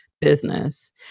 business